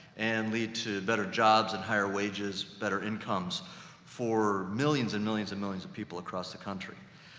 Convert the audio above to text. and lead to better jobs and higher wages, better incomes for millions and millions and millions of people across the country.